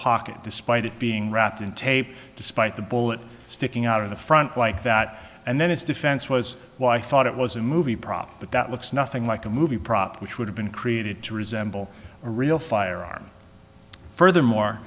pocket despite it being wrapped in tape despite the bullet sticking out of the front like that and then his defense was well i thought it was a movie prop but that looks nothing like a movie prop which would have been created to resemble a real firearm